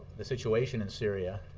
the situation in syria